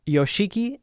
Yoshiki